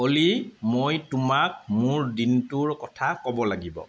অ'লি মই তোমাক মোৰ দিনটোৰ কথা ক'ব লাগিব